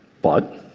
but